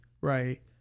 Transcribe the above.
right